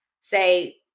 say